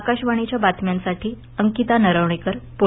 आकाशवाणीच्या बातम्यांसाठी अंकिता नरवणेकर पुणे